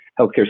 healthcare